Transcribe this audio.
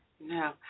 No